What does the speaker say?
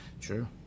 True